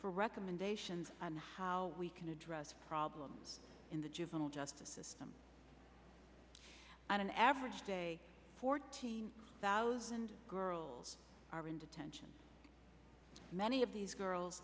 for recommendations on how we can address problems in the juvenile justice system on an average day fourteen thousand girls are in detention many of these girls